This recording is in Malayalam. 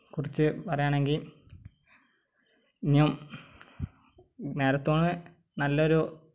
കുറിച്ച് പറയുകയാണെങ്കിൽ ഞം മാരത്തോണ് നല്ലൊരു